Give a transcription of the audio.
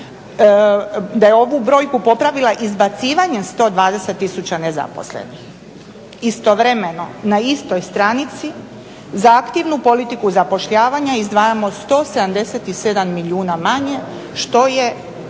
da je ovu brojku popravila izbacivanjem 120 tisuća nezaposlenih. Istovremeno na istoj stranici za aktivnu politiku zapošljavanja izdvajamo 177 milijuna manje što je